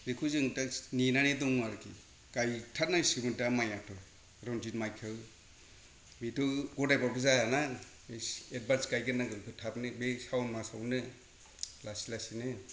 बेखौ जों दा नेनानै दं आरोखि गायथारनांसिगौमोन दा माइयाथ' रन्जित माइखौ बेथ' गदाइबाबो जायाना एडभान्स गायग्रोनांगौ बेखौ थाबनो बै सावन मासावनो लासै लासैनो